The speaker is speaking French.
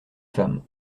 femme